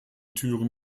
türen